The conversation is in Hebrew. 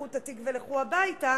קחו את התיק ולכו הביתה,